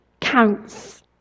counts